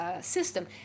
system